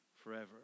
forever